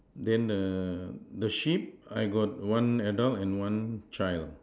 then err the sheep I got one adult and one child